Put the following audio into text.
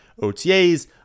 OTAs